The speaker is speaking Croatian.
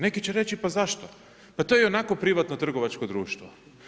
Neki će reći pa zašto, pa to je ionako privatno trgovačko društvo.